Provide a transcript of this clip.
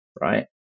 right